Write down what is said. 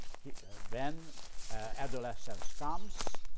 when adolescence comes,